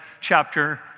chapter